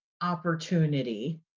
opportunity